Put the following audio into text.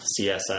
CSS